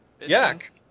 Yak